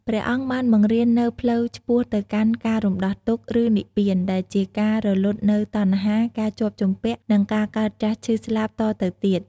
ព្រះអង្គបានបង្រៀននូវ ផ្លូវឆ្ពោះទៅកាន់ការរំដោះទុក្ខ ឬនិព្វាន ដែលជាការរំលត់នូវតណ្ហា ការជាប់ជំពាក់ និងការកើតចាស់ឈឺស្លាប់តទៅទៀត។